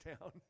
town